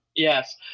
Yes